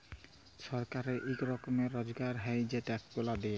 ছরকারের ইক রকমের রজগার হ্যয় ই ট্যাক্স গুলা দিঁয়ে